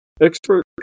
Expert